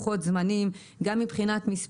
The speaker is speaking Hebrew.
גם מבחינת לוחות זמנים,